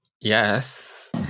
Yes